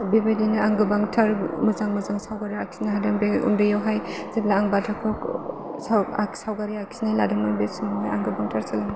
बेबायदिनो आं गोबांथार मोजां मोजां सावगारि आखिनो हादों बे उन्दैयावहाय जेब्ला आं बाथाखौ सावगारि आखिनो लादोंमोन बे समावहाय आं गोबांथार सोलोंदोंमोन